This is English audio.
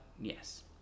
yes